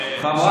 אבקסיס,